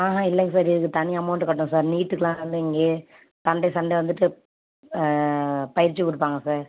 ஆஹ இல்லைங்க சார் இதுக்கு தனி அமௌண்டு கட்டணும் சார் நீட்டுக்குலாம் வந்து இங்கேயே சண்டே சண்டே வந்துவிட்டு பயிற்சி கொடுப்பாங்க சார்